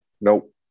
Nope